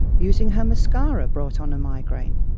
using her mascara brought on a migraine,